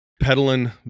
peddling